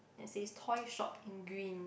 that says toy shop in green